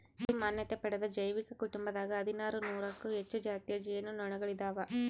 ಏಳು ಮಾನ್ಯತೆ ಪಡೆದ ಜೈವಿಕ ಕುಟುಂಬದಾಗ ಹದಿನಾರು ನೂರಕ್ಕೂ ಹೆಚ್ಚು ಜಾತಿಯ ಜೇನು ನೊಣಗಳಿದಾವ